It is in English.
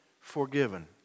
forgiven